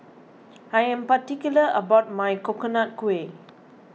I am particular about my Coconut Kuih